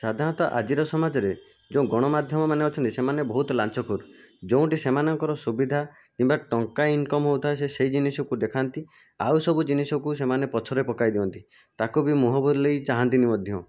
ସାଧାରଣତଃ ଆଜିର ସମାଜରେ ଯେଉଁ ଗଣମାଧ୍ୟମମାନେ ଅଛନ୍ତି ସେମାନେ ବହୁତ ଲାଞ୍ଚଖୋର ଯେଉଁଠି ସେମାନଙ୍କର ସୁବିଧା କିମ୍ବା ଟଙ୍କା ଇନ୍କମ୍ ହେଉଥାଏ ସେ ସେହି ଜିନିଷକୁ ଦେଖାନ୍ତି ଆଉ ସବୁ ଜିନିଷକୁ ସେମାନେ ପଛରେ ପକାଇ ଦିଅନ୍ତି ତାକୁ ବି ମୁହଁ ବୁଲାଇ ଚାହାଁନ୍ତିନି ମଧ୍ୟ